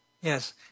Yes